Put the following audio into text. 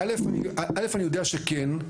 ראשית אני יודע שכן.